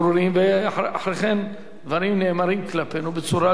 אחרי כן דברים נאמרים כלפינו בצורה לא,